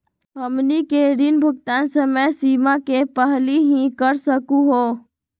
हमनी के ऋण भुगतान समय सीमा के पहलही कर सकू हो?